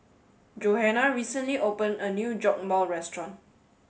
Johana recently opened a new Jokbal restaurant